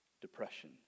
depression